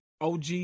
OG